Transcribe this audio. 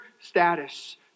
status